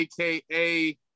AKA